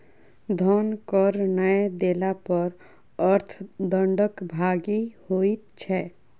धन कर नै देला पर अर्थ दंडक भागी होइत छै